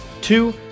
Two